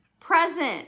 Present